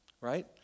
right